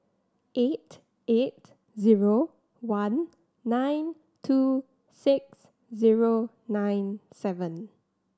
eight eight zero one nine two six zero nine seven